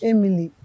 Emily